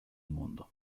mundo